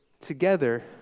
together